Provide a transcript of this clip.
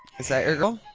is that your girl?